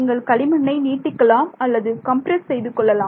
நீங்கள் களிமண்ணை நீட்டிக்கலாம் அல்லது கம்பிரஸ் செய்து கொள்ளலாம்